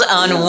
on